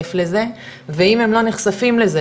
שייחשף לזה ואם הם לא נחשפים לזה,